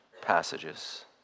passages